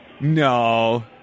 No